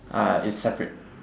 uh it's separate